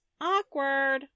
awkward